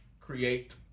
create